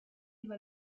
riva